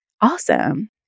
awesome